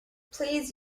please